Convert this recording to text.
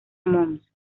mons